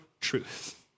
Truth